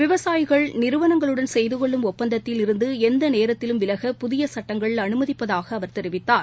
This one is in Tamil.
விவசாயிகள் நிறுவனங்களுடன் செய்து கொள்ளும் ஒப்பந்ததத்தில் இருந்து எந்த நேரத்திலும் விலக புதிய சட்டங்கள் அனுமதிப்பதாக அவர் தெரிவித்தார்